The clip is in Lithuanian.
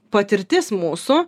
patirtis mūsų